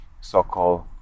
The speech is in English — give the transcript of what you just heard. so-called